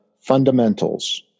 fundamentals